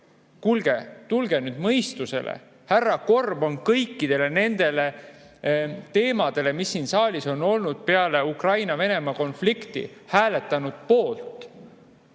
Kuulge, tulge nüüd mõistusele! Härra Korb on kõikide nende teemade puhul, mis siin saalis on olnud peale Ukraina-Venemaa konflikti [puhkemist], hääletanud poolt.